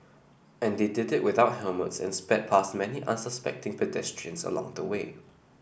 and they did it without helmets and sped past many unsuspecting pedestrians along the way